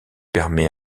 permet